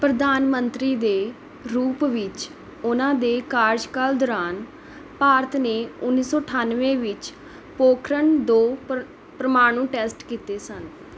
ਪ੍ਰਧਾਨ ਮੰਤਰੀ ਦੇ ਰੂਪ ਵਿੱਚ ਉਨ੍ਹਾਂ ਦੇ ਕਾਰਜਕਾਲ ਦੌਰਾਨ ਭਾਰਤ ਨੇ ਉੱਨੀ ਸੌ ਅੱਠਾਨਵੇਂ ਵਿੱਚ ਪੋਖਰਣ ਦੋ ਪ੍ਰ ਪ੍ਰਮਾਣੂ ਟੈਸਟ ਕੀਤੇ ਸਨ